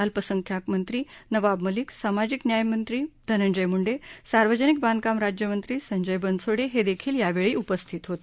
अल्पसंख्याक मंत्री नवाब मलिक सामाजिक न्यायमंत्री धनंजय मुंडे सार्वजनिक बांधकाम राज्यमंत्री संजय बनसोडे हे देखील यावेळी उपस्थित होते